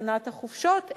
הקטנת החופשות,